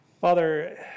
Father